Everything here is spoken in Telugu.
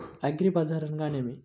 అగ్రిబజార్ అనగా నేమి?